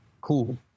Cool